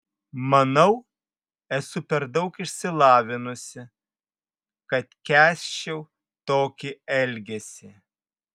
manau esu per daug išsilavinusi kad kęsčiau tokį elgesį